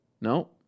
No